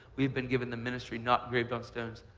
we have been given the ministry not engraved on stones,